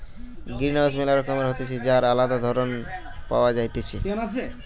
greenhouse ম্যালা রকমের হতিছে যার আলদা ধরণ পাওয়া যাইতেছে